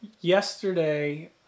yesterday